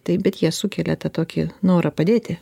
taip bet jie sukelia tą tokį norą padėti